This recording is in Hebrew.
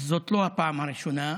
זאת לא הפעם הראשונה,